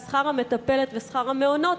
כי שכר המטפלת ושכר המעונות,